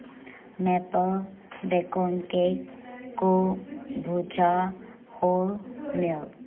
maple bacon cake ꯀꯨꯛ ꯚꯨꯆꯥ whole milk